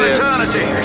Eternity